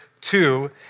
two